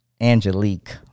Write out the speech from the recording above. Angelique